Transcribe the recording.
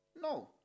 No